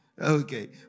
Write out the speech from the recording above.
Okay